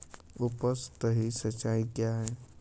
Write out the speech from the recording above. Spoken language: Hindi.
उपसतही सिंचाई क्या है?